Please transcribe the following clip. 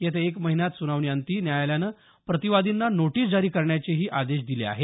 येत्या एक महिन्यात सुनावणीअंती न्यायालयानं प्रतिवादींना नोटीस जारी करण्याचेही आदेश दिले आहेत